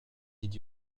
did